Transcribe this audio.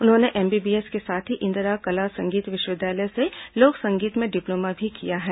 इन्होंने एमबीबीएस के साथ ही इंदिरा कला संगीत विश्वविद्यालय से लोक संगीत में डिप्लोमा भी किया है